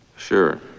Sure